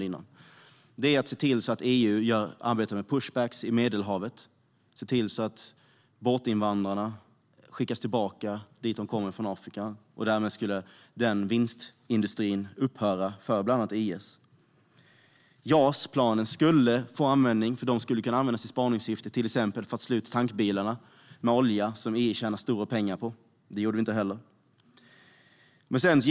Man bör se till att EU arbetar med "pushbacks" i Medelhavet så att båtinvandrarna skickas tillbaka till Afrika. Därmed skulle den vinstindustrin upphöra för bland annat IS. JAS-planen skulle kunna komma till användning. De kunde användas i spaningssyfte för att till exempel slå ut tankbilarna som innehåller olja och som IS tjänar stora pengar på. Det har vi inte heller gjort.